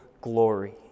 glory